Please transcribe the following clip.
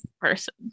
person